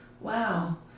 wow